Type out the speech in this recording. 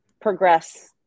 progress